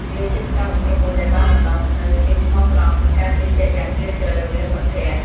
វាជាសកម្មភាពមួយដែលបានបណ្តុះនូវភាពស្មោះត្រង់និងការជឿជាក់យ៉ាងជ្រាលជ្រៅរវាងមិត្តភក្តិ។